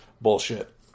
bullshit